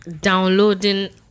downloading